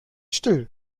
still